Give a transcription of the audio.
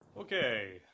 Okay